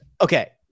Okay